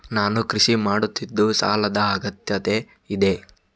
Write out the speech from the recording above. ನಾನು ಕೃಷಿ ಮಾಡುತ್ತಿದ್ದು ಸಾಲದ ಅಗತ್ಯತೆ ಇದೆ?